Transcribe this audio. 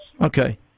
Okay